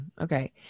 Okay